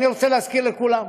אני רוצה להזכיר לכולם,